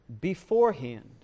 beforehand